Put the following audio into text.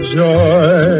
joy